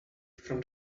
from